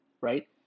right